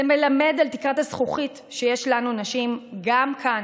זה מלמד על תקרת הזכוכית שיש לנו הנשים גם כאן,